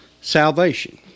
Salvation